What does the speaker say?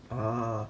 ah